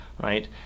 Right